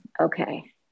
okay